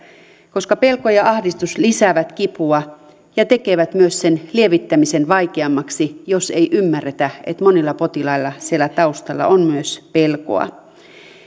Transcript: koska pelko ja ahdistus lisäävät kipua ja tekevät myös sen lievittämisen vaikeammaksi jos ei ymmärretä että monilla potilailla siellä taustalla on myös pelkoa